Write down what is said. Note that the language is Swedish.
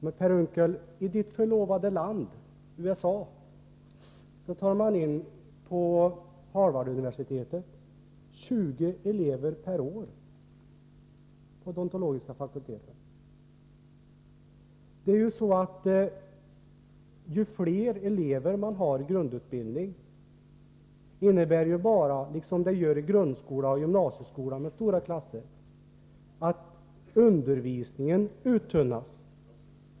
Men, Per Unckel, i ditt förlovade land, USA, tar man vid Harvarduniversitetet in 20 elever per år vid den odontologiska fakulteten. Om man har många elever i grundutbildning innebär det bara, liksom det gör i grundskolan och gymnasieskolan med stora skolklasser, att undervisningen uttunnas.